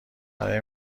برای